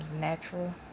natural